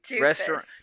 restaurant